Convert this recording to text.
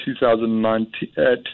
2009